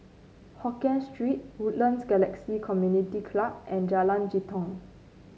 Hokien Street Woodlands Galaxy Community Club and Jalan Jitong